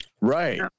Right